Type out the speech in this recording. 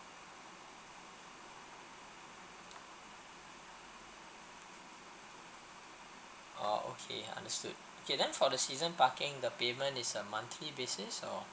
oh okay understood K then for the season parking the payment is uh monthly basis or